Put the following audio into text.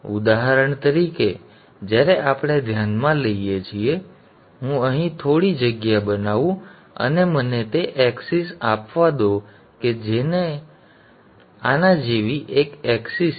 ઉદાહરણ તરીકે જ્યારે આપણે ધ્યાનમાં લઈએ છીએ ચાલો હું અહીં થોડી જગ્યા બનાવું અને મને તે એક્સિસ આપવા દો કે જે આના જેવી એક એક્સિસ છે અને આના જેવી બીજી એક્સિસ છે